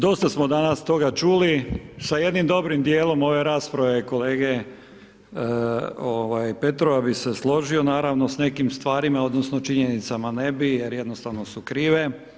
Dosta smo danas toga čuli, sa jednim dobrim dijelom ove rasprave kolege, ovaj, Petrova bi se složio naravno s nekim stvarima odnosno činjenicama ne bi jer jednostavno su krive.